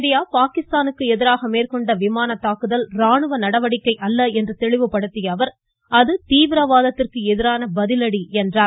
India பாகிஸ்தானுக்கு எதிராக மேற்கொண்ட விமான தாக்குதல் ராணுவ நடவடிக்கை அல்ல என்று தெளிவுபடுத்தியுள்ள அவர் அது பயங்கரவாதத்திற்கு எதிரான பதிலடி என்றார்